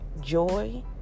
joy